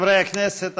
חברי הכנסת,